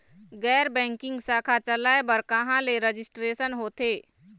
गैर बैंकिंग शाखा चलाए बर कहां ले रजिस्ट्रेशन होथे?